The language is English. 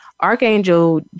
Archangel